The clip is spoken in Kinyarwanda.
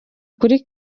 kuri